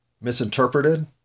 misinterpreted